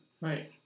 Right